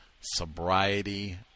sobriety